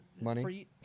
money